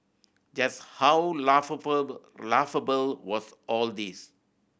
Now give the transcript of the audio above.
just how laughable was all this